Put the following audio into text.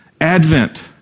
Advent